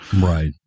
Right